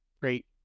great